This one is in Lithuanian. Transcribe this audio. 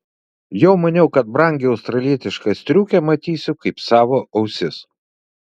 jau maniau kad brangią australietišką striukę matysiu kaip savo ausis